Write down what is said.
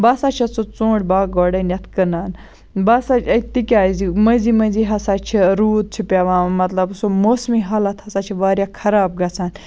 بہٕ ہَسا چھَس ژونٛٹھۍ باغ گۄڈٕنیٚتھ کٕنان بہٕ ہَسا تکیازِ مٔنٛزی مٔنٛزی ہَسا چھِ روٗد چھ پیٚوان مَطلَب سُہ موسمی حالَت ہَسا چھِ واریاہ خَراب گَژھان